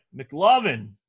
McLovin